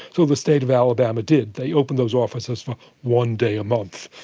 so the state of alabama did, they opened those offices for one day a month.